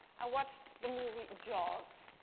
i watched the movie jaws.